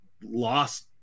lost